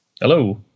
hello